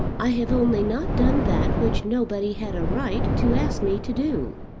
i have only not done that which nobody had a right to ask me to do.